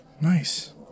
Nice